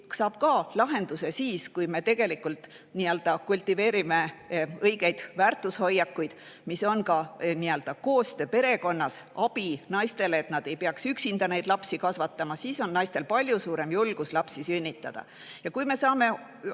saab ka lahenduse siis, kui me tegelikult nii-öelda kultiveerime õigeid väärtushoiakuid, mis on ka koostöö perekonnas ja abi naistele, et nad ei peaks üksinda lapsi kasvatama, siis on naistel palju suurem julgus lapsi sünnitada. Ja kui me saame